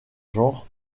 genre